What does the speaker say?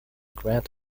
grant